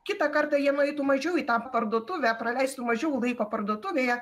kitą kartą jie nueitų mažiau į tą parduotuvę praleistų mažiau laiko parduotuvėje